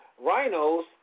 rhinos